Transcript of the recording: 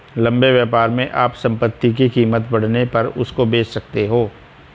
लंबे व्यापार में आप संपत्ति की कीमत बढ़ने पर उसको बेच सकते हो